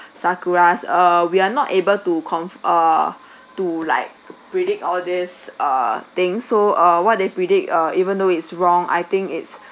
sakura uh we are not able to conf~ uh to like predict all this uh things so uh what they predict uh even though it's wrong I think it's